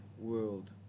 world